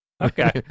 Okay